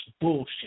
bullshit